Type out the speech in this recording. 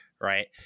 right